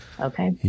Okay